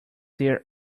their